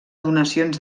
donacions